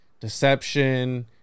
deception